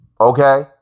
okay